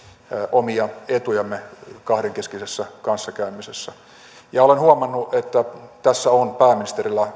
omia etujamme kahdenkeskisessä kanssakäymisessä olen huomannut että tässä on pääministerillä